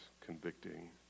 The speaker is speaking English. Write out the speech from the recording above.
convicting